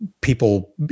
people